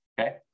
Okay